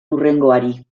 hurrengoari